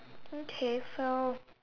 okay so